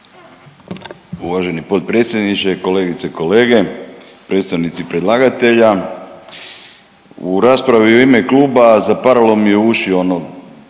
Uvaženi potpredsjedniče, kolegice i kolege, predstavnici predlagatelja. U raspravi u ime kluba zaparalo mi je uši, ono,